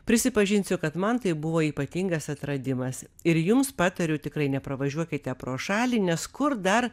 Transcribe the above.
prisipažinsiu kad man tai buvo ypatingas atradimas ir jums patariu tikrai nepravažiuokite pro šalį nes kur dar